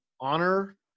honor